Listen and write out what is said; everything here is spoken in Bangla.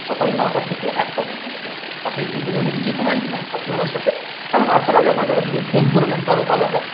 সকাল নটা থেকে একটা পর্যন্ত আপনি এই তিন দিনের মধ্যে যে কোনো একদিন আসুন আমার সাথে এবং আসার আগে আমাকে একবার যদি ফোন করে নেন তা আরও ভালো হয়